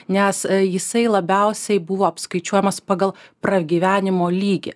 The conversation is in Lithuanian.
nes jisai labiausiai buvo apskaičiuojamas pagal pragyvenimo lygį